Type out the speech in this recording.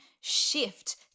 shift